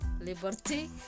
Liberty